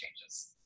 changes